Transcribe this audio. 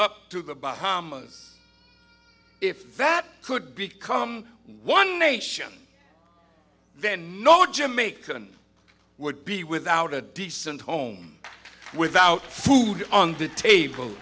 up to the bahamas if that could become one nation then no jamaican would be without a decent home without food on the table